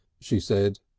she said.